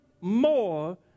more